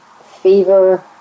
fever